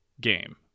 game